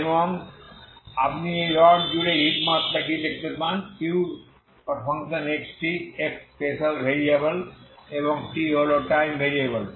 এবং আপনি এই রড জুড়ে হিট মাত্রা কি দেখতে চান uxt x স্পেসিয়াল ভ্যারিয়েবল এবং t হল টাইম ভ্যারিয়েবল